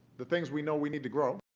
the things we know we need to grow.